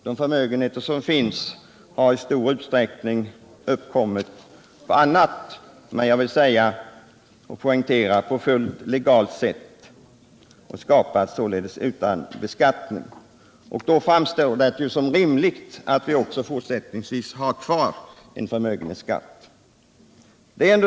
De förmögenheter som nu finns har i stor utsträckning uppkommit på annat sätt — jag vill dock betona på fullt legalt sätt. De har således vid uppbyggandet undgått beskattning. Då framstår det som fullt rimligt att vi också i fortsättningen har kvar en förmögenhetsskatt.